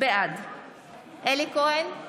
בעד אלי כהן,